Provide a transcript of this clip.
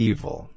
Evil